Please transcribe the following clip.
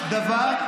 יש דבר,